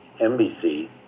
NBC